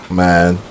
man